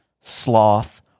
sloth